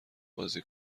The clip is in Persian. بازی